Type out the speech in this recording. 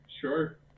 sure